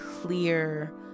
clear